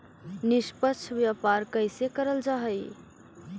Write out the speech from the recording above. निष्पक्ष व्यापार कइसे करल जा हई